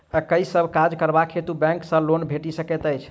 केँ सब काज करबाक हेतु बैंक सँ लोन भेटि सकैत अछि?